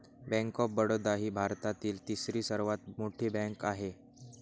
bank of Baroda ही भारतातील तिसरी सर्वात मोठी बँक आहे